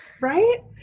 Right